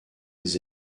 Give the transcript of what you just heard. des